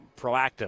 proactive